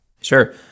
sure